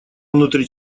внутри